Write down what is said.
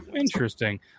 interesting